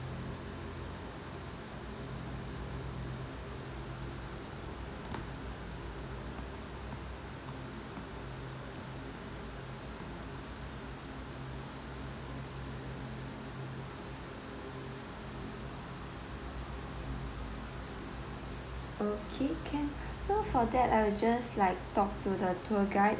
okay can so for that I will just like talk to the tour guide